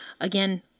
again